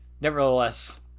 nevertheless